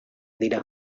dira